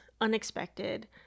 Unexpected